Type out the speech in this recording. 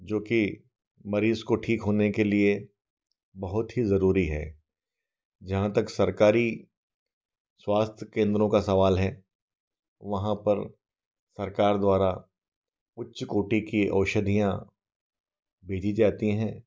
जो कि मरीज़ को ठीक होने के लिए बहुत ही ज़रूरी है जहाँ तक सरकारी स्वास्थ्य केन्द्रों का सवाल है वहाँ पर सरकार द्वारा उच्च कोटि की औषधियाँ भेजी जाती हैं